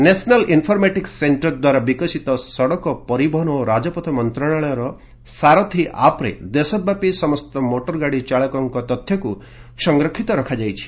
national informatics centre ଦ୍ୱାରା ବିକଶିତ ସଡ଼କ ପରିବହନ ଓ ରାଜପଥ ମନ୍ତ୍ରଣାଳୟର 'ସାରଥୀ' ଆପ୍ରେ ଦେଶବ୍ୟାପି ସମସ୍ତ ମୋଟରଗାଡ଼ି ଚାଳକଙ୍କ ତଥ୍ୟକୁ ସଂରକ୍ଷିତ ରଖାଯାଇଛି